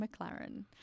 McLaren